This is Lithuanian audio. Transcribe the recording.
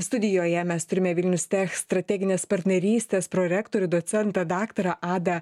studijoje mes turime vilnius tech strateginės partnerystės prorektorių docentą daktarą adą